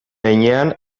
heinean